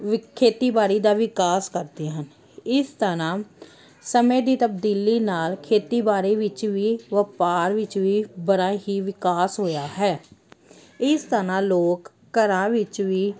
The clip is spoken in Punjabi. ਵਿ ਖੇਤੀਬਾੜੀ ਦਾ ਵਿਕਾਸ ਕਰਦੇ ਹਨ ਇਸ ਦਾ ਨਾਮ ਸਮੇਂ ਦੀ ਤਬਦੀਲੀ ਨਾਲ ਖੇਤੀਬਾੜੀ ਵਿੱਚ ਵੀ ਵਪਾਰ ਵਿੱਚ ਵੀ ਬੜਾ ਹੀ ਵਿਕਾਸ ਹੋਇਆ ਹੈ ਇਸ ਤਰ੍ਹਾਂ ਲੋਕ ਘਰਾਂ ਵਿੱਚ ਵੀ